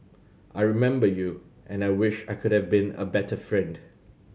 I remember you and I wish I could have been a better friend